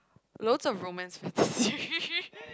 loads of romance